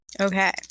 Okay